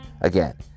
Again